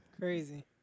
Crazy